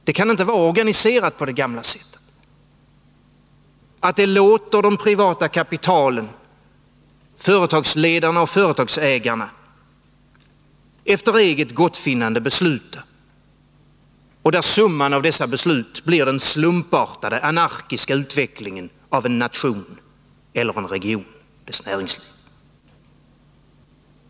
Det kan inte vara organiserat på det gamla sättet längre, dvs. att det låter det privata kapitalet, företagsledarna och företagsägarna efter eget gottfinnande besluta och där summan av dessa beslut blir den slumpartade anarkiska utvecklingen av en nation eller en region och av dess näringsliv.